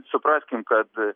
supraskim kad